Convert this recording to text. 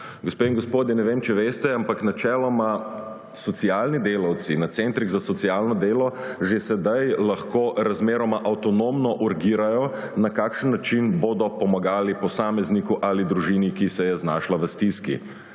Gospe in gospodje, ne vem, če veste, ampak načeloma socialni delavci na centrih za socialno delo že sedaj lahko razmeroma avtonomno urgirajo, na kakšen način bodo pomagali posamezniku ali družini, ki se je znašla v stiski,